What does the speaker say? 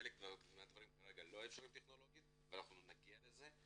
חלק מהדברים כרגע לא אפשריים טכנולוגית אבל אנחנו נגיע לזה,